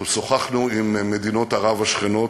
אנחנו שוחחנו עם מדינות ערב השכנות,